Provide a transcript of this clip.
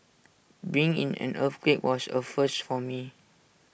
being in an earthquake was A first for me